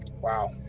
wow